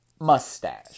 mustache